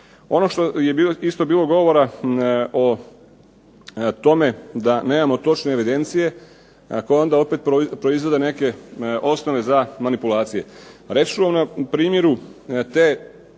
Ono što je isto bilo govora o tome da nemamo točne evidencije, ako onda opet proizvode neke osnove za manipulacije.